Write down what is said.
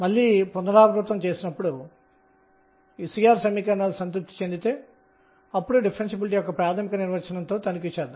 ఇది పూర్తి ప్రశంసించిన 3 డైమెన్షనల్ దృక్పథం